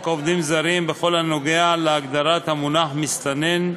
עובדים זרים בכל הנוגע להגדרת המונח מסתנן,